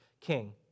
king